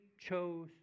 chose